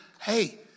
hey